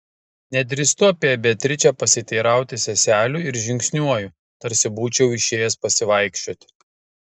nedrįstu apie beatričę pasiteirauti seselių ir žingsniuoju tarsi būčiau išėjęs pasivaikščioti